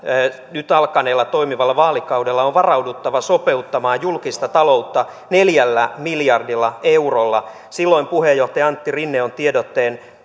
nyt alkaneella nyt toimivalla vaalikaudella on varauduttava sopeuttamaan julkista taloutta neljällä miljardilla eurolla silloin puheenjohtaja antti rinne on tiedotteen